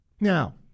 Now